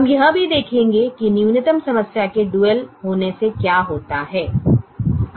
हम यह भी देखेंगे कि न्यूनतम समस्या के डुअल होने से क्या होता है